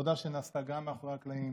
עבודה שנעשתה גם מאחורי הקלעים